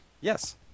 Yes